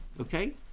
Okay